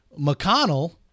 mcconnell